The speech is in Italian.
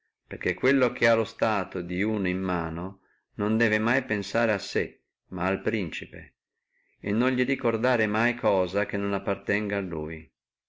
perché quello che ha lo stato duno in mano non debbe pensare mai a sé ma sempre al principe e non li ricordare mai cosa che non appartenga a lui